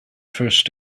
first